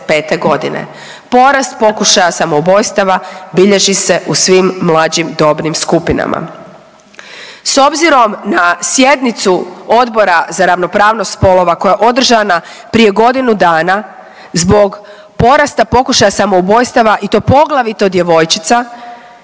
godine. Porast pokušaja samoubojstava bilježi se u svim mlađim dobnim skupinama. S obzirom na sjednicu Odbora za ravnopravnost spolova koja je održana prije godinu dana zbog porasta pokušaja samoubojstava i to poglavito djevojčica